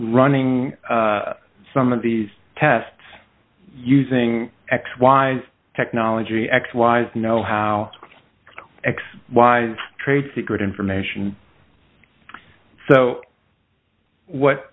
running some of these tests using x y technology x wise know how x y z trade secret information so what